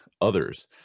others